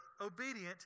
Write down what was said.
obedient